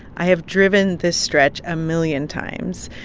i have driven this stretch a million times,